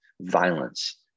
violence